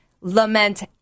lament